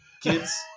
kids